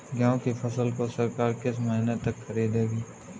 गेहूँ की फसल को सरकार किस महीने तक खरीदेगी?